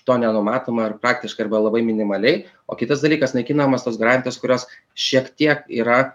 to nenumatoma ir praktiškai arba labai minimaliai o kitas dalykas naikinamos tos garantijos kurios šiek tiek yra